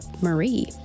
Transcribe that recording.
Marie